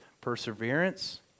perseverance